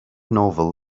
novel